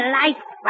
life